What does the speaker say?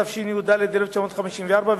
התשי"ד 1954,